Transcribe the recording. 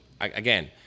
again